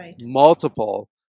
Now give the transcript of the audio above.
multiple